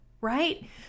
right